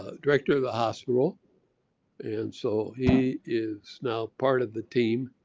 ah director of the hospital and so he is now part of the team.